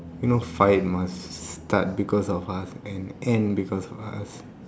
you know fight must start because of us and end because of us